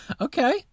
Okay